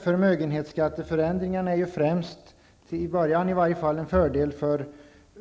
Förmögenhetsskatteförändringen är ju främst, i alla fall till en början, en fördel